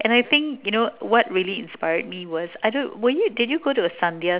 and I think you know what really inspired me was I don't were you did you go to